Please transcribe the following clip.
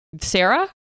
Sarah